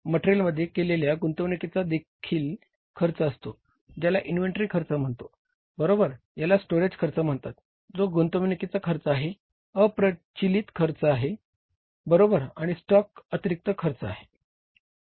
मटेरियलमध्ये केलेल्या गुंतवणुकीचा देखील खर्च असतो ज्याला इन्व्हेंटरी खर्च म्ह्णतोत बरोबर याला स्टोरेज खर्च म्हणतात जो गुंतवणूकीचा खर्च आहे अप्रचलित खर्च आहे बरोबर आणि स्टॉक अतिरिक्त खर्च आहे